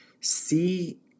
see